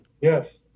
Yes